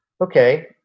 okay